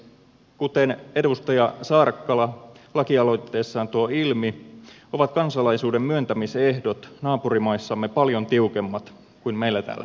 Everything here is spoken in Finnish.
kuten edustaja saarakkala lakialoitteessaan tuo ilmi ovat kansalaisuuden myöntämisehdot naapurimaissamme paljon tiukemmat kuin meillä täällä suomessa